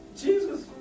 Jesus